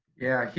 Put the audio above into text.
yeah,